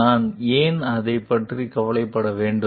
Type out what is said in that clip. நான் ஏன் அதைப் பற்றி கவலைப்பட வேண்டும்